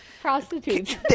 prostitutes